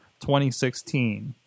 2016